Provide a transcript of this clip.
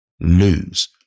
Lose